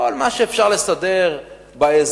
כל מה שאפשר לסדר באזור,